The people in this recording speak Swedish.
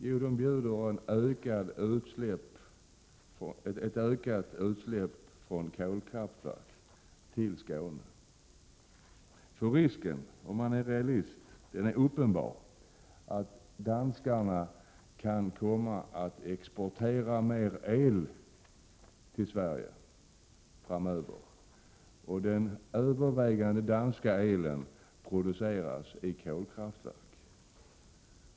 Jo, de bjuder på ökade utsläpp från kolkraftverk till Skåne. Om man är realist är risken uppenbar att danskarna kan komma att exportera mer el till Sverige framöver. Och den övervägande delen av den danska elen produceras i kolkraftverk.